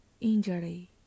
injury